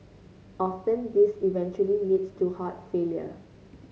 often this eventually leads to heart failure